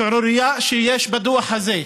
שערורייה שיש בדוח הזה,